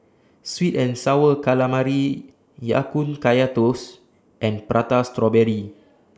Sweet and Sour Calamari Ya Kun Kaya Toast and Prata Strawberry